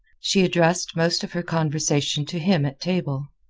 she addressed most of her conversation to him at table.